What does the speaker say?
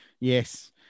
Yes